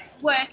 work